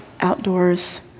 outdoors